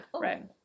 Right